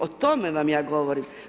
O tome vam ja govorim.